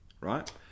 right